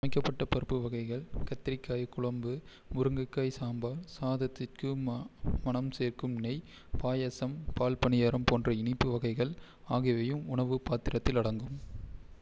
சமைக்கப்பட்ட பருப்பு வகைகள் கத்திரிக்காய் குழம்பு முருங்கைக்காய் சாம்பார் சாதத்திற்கு மணம் சேர்க்கும் நெய் பாயசம் பால் பனியாரம் போன்ற இனிப்பு வகைகள் ஆகியவையும் உணவு பாத்திரத்தத்தில் அடங்கும்